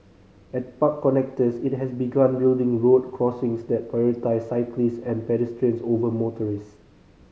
at park connectors it has begun building road crossings that prioritise cyclist and pedestrians over motorist